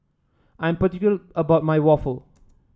I am particular about my waffle